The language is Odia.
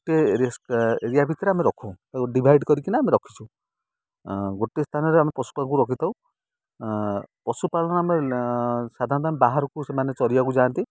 ଗୋଟିଏ ଏରିଆ ଭିତରେ ଆମେ ରଖୁ ତାକୁ ଡ଼ିଭାଇଡ଼ କରିକିନା ଆମେ ରଖିଛୁ ଗୋଟିଏ ସ୍ଥାନରେ ଆମେ ପଶୁପାଳକୁ ରଖିଥାଉ ପଶୁପାଳନ ଆମେ ସାଧାରଣତଃ ଆମେ ବାହାରକୁ ସେମାନେ ଚରିବାକୁ ଯାଆନ୍ତି